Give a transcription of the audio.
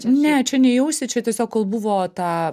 ne čia ne į ausį čia tiesiog kol buvo ta